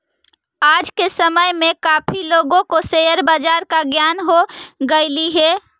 आज के समय में काफी लोगों को शेयर बाजार का ज्ञान हो गेलई हे